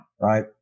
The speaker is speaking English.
right